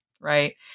right